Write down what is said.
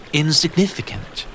insignificant